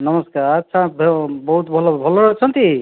ନମସ୍କାର ଆଚ୍ଛା ବହୁତ ଭଲ ଭଲ ଅଛନ୍ତି